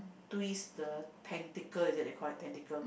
twist the tentacle is it they call it tentacle